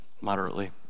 Moderately